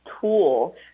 Tool